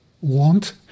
want